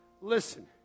Listen